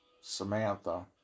Samantha